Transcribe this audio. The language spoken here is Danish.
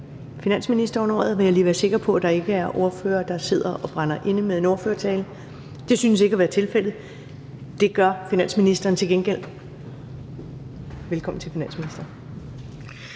finansministeren ordet, vil jeg lige være sikker på, at der ikke er ordførere, der sidder og brænder inde med en ordførertale. Det synes ikke at være tilfældet. Det gør finansministeren til gengæld. Velkommen til finansministeren.